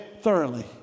Thoroughly